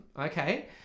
Okay